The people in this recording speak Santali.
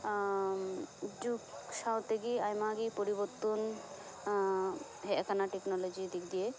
ᱡᱩᱜᱽ ᱥᱟᱶᱛᱮᱜᱮ ᱟᱭᱢᱟ ᱜᱮ ᱯᱚᱨᱤᱵᱚᱨᱛᱚᱱ ᱦᱮᱡ ᱟᱠᱟᱱᱟ ᱴᱮᱠᱱᱳᱞᱳᱡᱤ ᱫᱤᱠ ᱫᱤᱭᱮ